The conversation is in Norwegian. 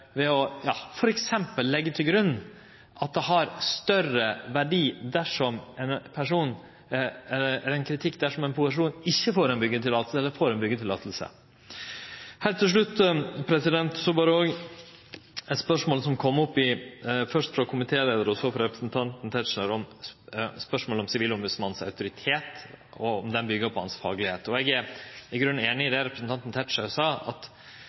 ved f.eks. å leggje til grunn at ein kritikk har større verdi dersom ein person ikkje får byggjeløyve, enn dersom han får byggjeløye. Heilt til slutt berre til eit spørsmål som kom opp, først frå komitéleiaren og så frå representanten Tetzschner, om Sivilombodsmannens autoritet byggjer på faglegheita hans. Eg er i grunnen einig i det representanten Tetzschner sa, at